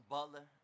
Butler